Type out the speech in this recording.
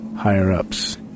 higher-ups